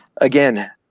again